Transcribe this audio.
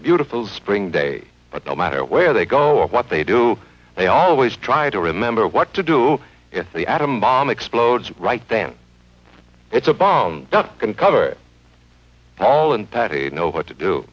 beautiful spring day but no matter where they go or what they do they always try to remember what to do with the atom bomb explodes right then it's a bomb can cover it all and know what to